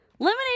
Lemonade